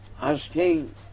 asking